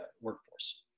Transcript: workforce